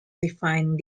defined